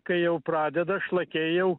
kai jau pradeda šlakiai jau